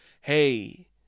hey